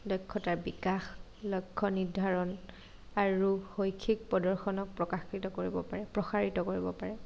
দক্ষতাৰ বিকাশ লক্ষ্য নিৰ্ধাৰণ আৰু শৈক্ষিক প্ৰদৰ্শনক প্ৰকাশিত কৰিব পাৰে প্ৰসাৰিত কৰিব পাৰে